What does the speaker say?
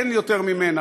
אין יותר ממנה,